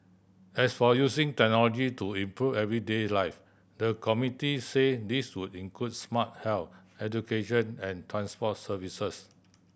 as for using technology to improve everyday life the committee said this could include smart health education and transport services